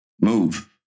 move